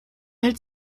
hält